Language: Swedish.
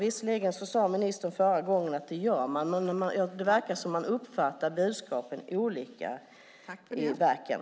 Visserligen sade ministern i sitt förra inlägg att det gör man, men det verkar som att man uppfattar budskapen olika i verken.